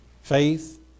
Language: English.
faith